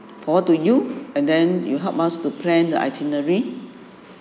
forward to you and then you help us to plan the itinerary